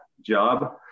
job